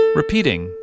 repeating